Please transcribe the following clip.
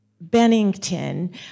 Bennington